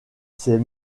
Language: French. ces